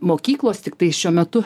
mokyklos tiktai šiuo metu